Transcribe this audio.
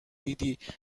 دیدی